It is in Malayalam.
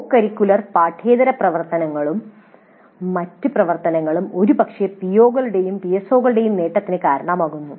കോ കരിക്കുലർ പാഠ്യേതര പ്രവർത്തനങ്ങളും മറ്റ് പ്രവർത്തനങ്ങളും ഒരുപക്ഷേ പിഒകളുടെയും പിഎസ്ഒകളുടെയും നേട്ടത്തിന് കാരണമാകുന്നു